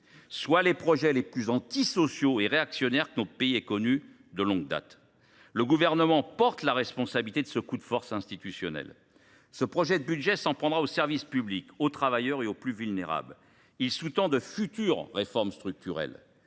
soit les textes les plus antisociaux et réactionnaires que notre pays ait connus de longue date. Le Gouvernement porte la responsabilité de ce coup de force institutionnel. Ce projet de budget s’en prendra aux services publics, aux travailleurs et aux plus vulnérables. Il sous tend de futures réformes structurelles.